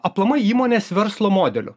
aplamai įmonės verslo modeliu